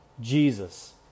Jesus